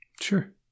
Sure